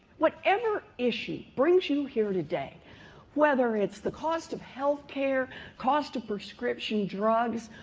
whatever issue brings you here today whether it's the cost of health care, cost of prescription drugs,